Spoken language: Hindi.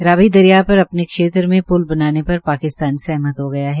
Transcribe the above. रावी दरिया पर अपने क्षेत्र में प्ल बनाने पर पाकिस्तान सहमत हो गया है